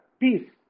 peace